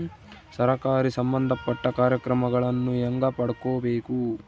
ಸರಕಾರಿ ಸಂಬಂಧಪಟ್ಟ ಕಾರ್ಯಕ್ರಮಗಳನ್ನು ಹೆಂಗ ಪಡ್ಕೊಬೇಕು?